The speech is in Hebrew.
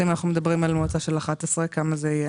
אם אנחנו מדברים על מועצה של 11 חברים, כמה נשים?